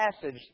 passage